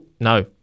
no